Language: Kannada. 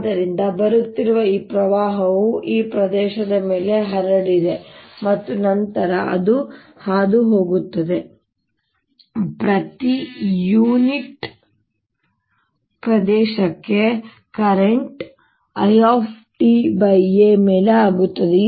ಆದ್ದರಿಂದ ಬರುತ್ತಿರುವ ಈ ಪ್ರವಾಹವು ಈ ಪ್ರದೇಶದ ಮೇಲೆ ಹರಡಿದೆ ಮತ್ತು ನಂತರ ಅದು ಹಾದುಹೋಗುತ್ತದೆ ಪ್ರತಿ ಯೂನಿಟ್ ಪ್ರದೇಶಕ್ಕೆ ಕರೆಂಟ್ IA ಮೇಲೆ ಆಗುತ್ತದೆ